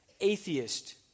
atheist